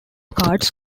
cards